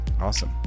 Awesome